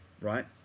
right